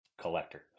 collector